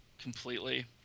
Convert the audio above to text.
Completely